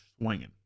swinging